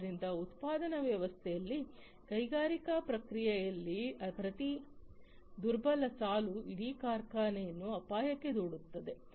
ಆದ್ದರಿಂದ ಉತ್ಪಾದನಾ ವ್ಯವಸ್ಥೆಯಲ್ಲಿ ಕೈಗಾರಿಕಾ ಪ್ರಕ್ರಿಯೆಯಲ್ಲಿ ಪ್ರತಿ ದುರ್ಬಲ ಸಾಲು ಇಡೀ ಕಾರ್ಖಾನೆಯನ್ನು ಅಪಾಯಕ್ಕೆ ದೂಡುತ್ತದೆ